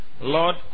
Lord